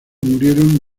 murieron